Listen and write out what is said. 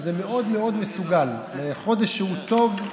זה מאוד מאוד מסוגל לחודש שהוא טוב,